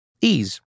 Ease